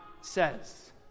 says